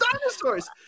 dinosaurs